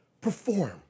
perform